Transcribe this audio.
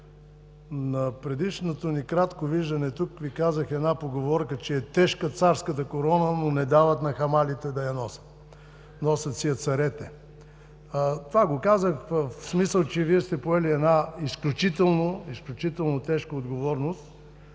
На предишното ни кратко виждане тук Ви казах една поговорка, че е тежка царската корона, но не дават на хамалите да я носят. Носят си я царете. Това го казах в смисъл, че Вие сте поели една изключително, изключително тежка отговорност,